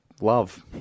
love